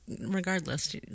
Regardless